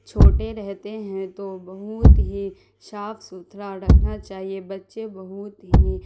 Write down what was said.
چھوٹے رہتے ہیں تو بہت ہی صاف ستھرا رکھنا چاہیے بچے بہت ہی